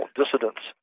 dissidents